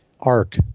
ARC